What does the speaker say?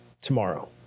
tomorrow